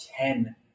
ten